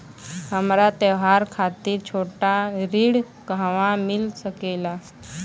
हमरा त्योहार खातिर छोटा ऋण कहवा मिल सकेला?